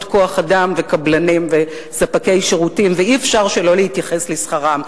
כוח-אדם וקבלנים וספקי שירותים ואי-אפשר שלא להתייחס לשכרם.